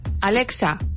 Alexa